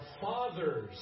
fathers